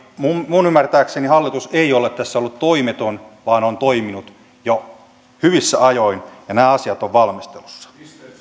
minun minun ymmärtääkseni hallitus ei ole tässä ollut toimeton vaan on toiminut jo hyvissä ajoin ja nämä asiat ovat valmistelussa